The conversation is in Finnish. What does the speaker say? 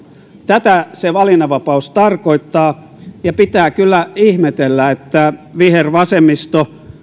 tätä se valinnanvapaus tarkoittaa ja pitää kyllä ihmetellä että vihervasemmisto